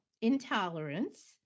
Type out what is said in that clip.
Intolerance